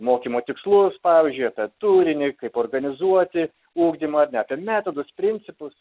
mokymo tikslus pavyzdžiui apie turinį kaip organizuoti ugdymą ne apie metodus principus